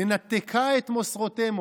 "ננתקה את מוסרותימו",